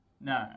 No